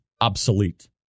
obsolete